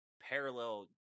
parallel